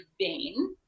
vain